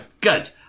good